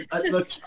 Look